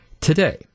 today